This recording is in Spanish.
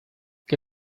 que